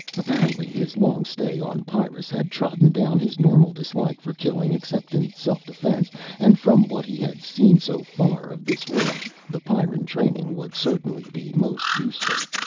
apparently his long stay on pyrrus had trodden down his normal dislike for killing except in self-defense and from what he had seen so far of this world the pyrran training would certainly be most useful.